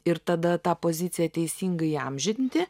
ir tada tą poziciją teisingai įamžinti